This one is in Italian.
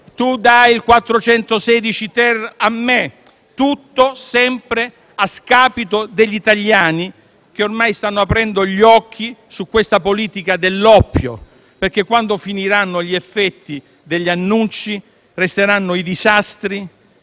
tu dai il 416-*ter* a me», tutto sempre a scapito degli italiani, che ormai stanno aprendo gli occhi su questa politica dell'oppio (quando finiranno gli effetti degli annunci, infatti, resteranno i disastri